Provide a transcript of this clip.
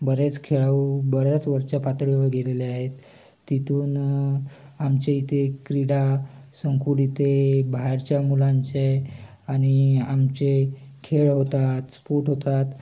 बरेच खेळाडू बऱ्याच वरच्या पातळीवर गेलेले आहेत तिथून आमच्या इथे क्रीडासंकुल इथे बाहेरच्या मुलांचे आणि आमचे खेळ होतात स्पोट होतात